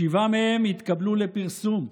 שבעה מהם התקבלו לפרסום,